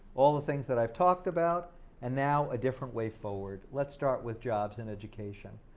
all the things that i've talked about and now a different way forward. let's start with jobs and education.